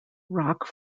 rock